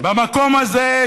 במקום הזה,